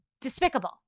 despicable